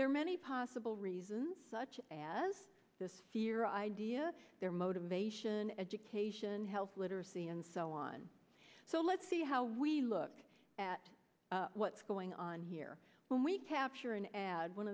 there are many possible reasons such as this fear idea their motivation education health literacy and so on so let's see how we look at what's going on here when we capture an ad one